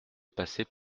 passer